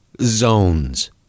zones